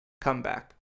comeback